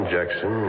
Jackson